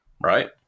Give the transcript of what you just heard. Right